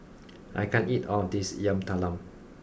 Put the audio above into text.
I can't eat all of this Yam Talam